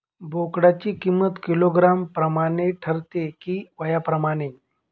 बोकडाची किंमत किलोग्रॅम प्रमाणे ठरते कि वयाप्रमाणे?